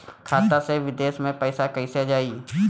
खाता से विदेश मे पैसा कईसे जाई?